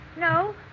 No